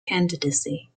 candidacy